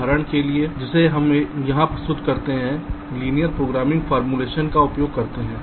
उदाहरण के लिए एक जिसे हम यहां प्रस्तुत करते हैं एक रैखिक प्रोग्रामिंग सूत्रीकरण का उपयोग करता है